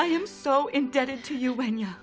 i am so indebted to you when you